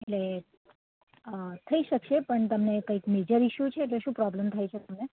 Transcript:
એટલે થઈ શકશે પણ તમને કંઈક મેજર ઇસ્યૂ છે એટલે શું પ્રોબ્લેમ થઈ છે તમને